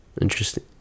Interesting